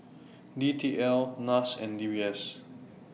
D T L Nas and D B S